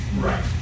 right